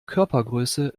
körpergröße